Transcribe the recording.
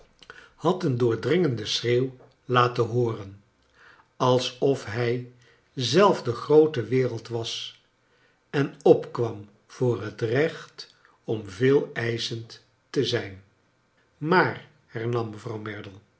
had een do ord ringenkleine dorrit den schreeuw la ten hooren alsof hij zelf de groote wereld was en opkwam voor het recht om veeleischend te zijn maar hernam mevrouw